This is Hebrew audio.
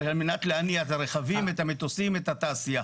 על מנת להניע את הרכבים, את המטוסים, את התעשיה.